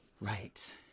Right